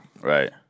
right